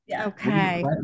Okay